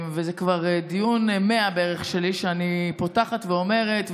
וזה כבר דיון ה-100 שלי בערך שבו אני פותחת ואומרת,